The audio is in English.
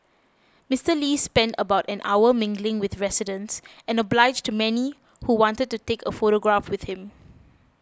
Mister Lee spent about an hour mingling with residents and obliged many who wanted to take a photograph with him